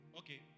okay